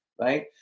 right